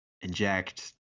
inject